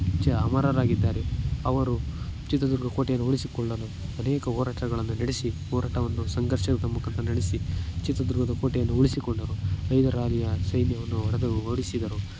ಅಮರರಾಗಿದ್ದಾರೆ ಅವರು ಚಿತ್ರದುರ್ಗ ಕೋಟೆಯನ್ನು ಉಳಿಸಿಕೊಳ್ಳಲು ಅನೇಕ ಹೋರಾಟಗಳನ್ನು ನಡೆಸಿ ಹೋರಾಟವನ್ನು ಸಂಘರ್ಷದ ಮುಖಾಂತರ ನಡೆಸಿ ಚಿತ್ರದುರ್ಗದ ಕೋಟೆಯನ್ನು ಉಳಿಸಿಕೊಂಡರು ಹೈದರಾಲಿಯ ಸೈನ್ಯವನ್ನು ಹೊಡೆದು ಓಡಿಸಿದರು